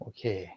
Okay